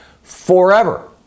forever